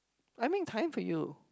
I make time for you